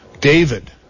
David